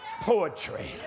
poetry